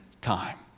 time